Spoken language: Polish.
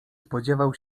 spodziewał